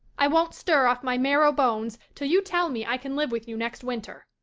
i won't stir off my marrow bones till you tell me i can live with you next winter.